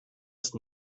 ist